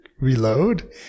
reload